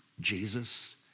Jesus